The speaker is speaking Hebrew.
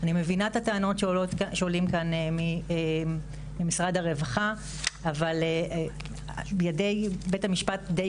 אני מבינה את הטענות שעולות כאן ממשרד הרווחה אבל ידי בית המשפט די